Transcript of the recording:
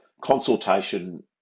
consultation